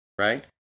Right